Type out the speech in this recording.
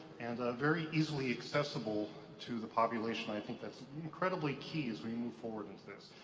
and very easily accessible to the population, i think that's incredibly key as we move forward into this.